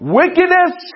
wickedness